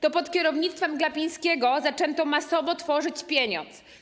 To pod kierownictwem Glapińskiego zaczęto masowo tworzyć pieniądz.